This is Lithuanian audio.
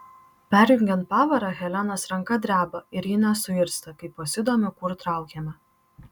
perjungiant pavarą helenos ranka dreba ir ji nesuirzta kai pasidomiu kur traukiame